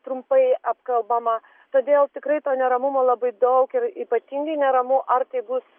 trumpai apkalbama todėl tikrai to neramumo labai daug ir ypatingai neramu ar tai bus